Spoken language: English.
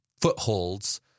footholds